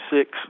six